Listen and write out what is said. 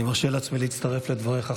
אני מרשה לעצמי להצטרף לדבריך,